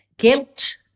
Guilt